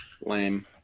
Lame